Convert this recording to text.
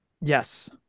Yes